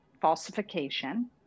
falsification